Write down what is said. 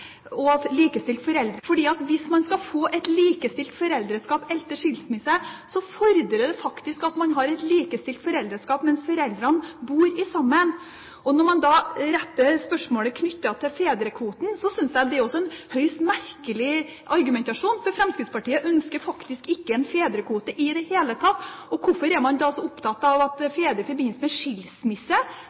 og likestilt foreldreskap etter skilsmisse. Hvis man skal få likestilt foreldreskap etter skilsmisse, fordrer det faktisk at man har likestilt foreldreskap mens foreldrene bor sammen. Og når man da stiller spørsmål om fedrekvoten, syns jeg det er høyst merkelig, for Fremskrittspartiet ønsker jo faktisk ikke en fedrekvote i det hele tatt. Hvorfor er man da så opptatt av at fedre i forbindelse med skilsmisse